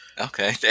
okay